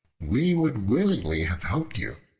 we would willingly have helped you,